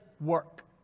work